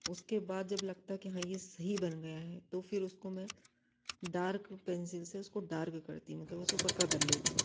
उसके बाद जब लगता है कि हाँ ये सही बन गया है तो फिर उसको मैं डार्क पेन्सिल से उसको डार्क करती हूँ मतलब उसको पक्का कर लेती हूं